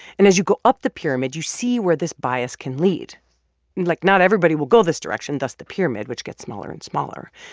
and as you go up the pyramid, you see where this bias can lead like, not everybody will go this direction, thus the pyramid, which gets smaller and smaller.